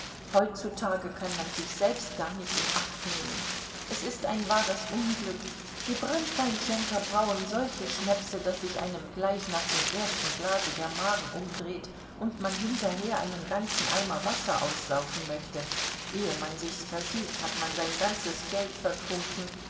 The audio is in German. heutzutage kann man sich selbst gar nicht in acht nehmen es ist ein wahres unglück die branntweinschenker brauen solche schnäpse daß sich einem gleich nach dem ersten glase der magen umdreht und man hinterher einen ganzen eimer wasser aussaufen möchte ehe man sich's versieht hat man sein ganzes geld vertrunken